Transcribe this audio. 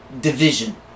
division